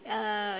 uh